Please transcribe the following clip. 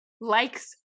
likes